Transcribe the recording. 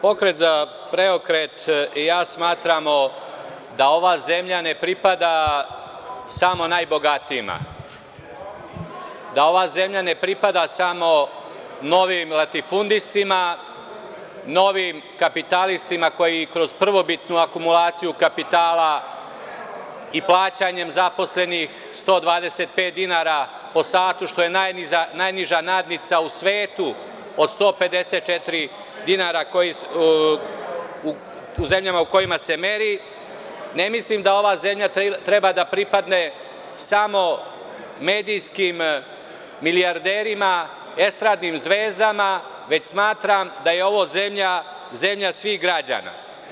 Pokret za Preokret i ja smatramo da ova zemlja ne pripada samo najbogatijima, da ova zemlja ne pripada samo novim latifundistima, novim kapitalistima koji kroz prvobitnu akumulaciju kapitala i plaćanjem zaposlenih 125 dinara po satu, što je najniža nadnica u svetu od 154 dinara u zemljama u kojima se meri, ne mislim da ova zemlja treba da pripadne samo medijskim milijarderima, estradnim zvezdama, već smatram da je ovo zemlja, zemlja svih građana.